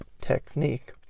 technique